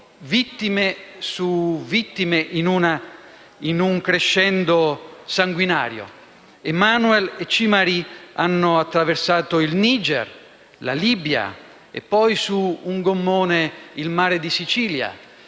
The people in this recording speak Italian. vittime su vittime in un crescendo sanguinario. Emmanuel e Chinyery hanno attraversato il Niger, la Libia e poi, su un gommone, il mare di Sicilia.